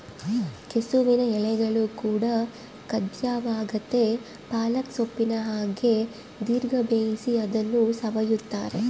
ಕೆಸುವಿನ ಎಲೆಗಳು ಕೂಡ ಖಾದ್ಯವಾಗೆತೇ ಪಾಲಕ್ ಸೊಪ್ಪಿನ ಹಾಗೆ ದೀರ್ಘ ಬೇಯಿಸಿ ಅದನ್ನು ಸವಿಯುತ್ತಾರೆ